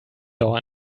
door